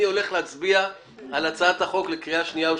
אני מעלה להצבעה את הצעת החוק לקריאה שנייה ושלישית.